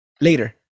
later